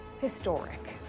historic